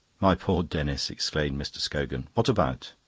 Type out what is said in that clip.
my poor denis! exclaimed mr. scogan. what about?